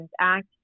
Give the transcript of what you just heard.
Act